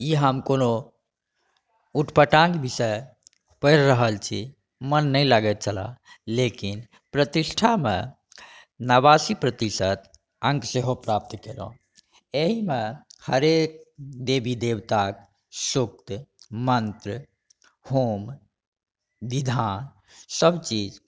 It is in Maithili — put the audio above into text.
ई हम कोनो उटपटाँग विषय पढ़ि रहल छी मोन नहि लागैत छलै लेकिन प्रतिष्ठामे नवासी प्रतिशत अङ्क सेहो प्राप्त केलहुँ एहिमे हरेक देवी देवताक सूक्ति मन्त्र होम विधा सबचीज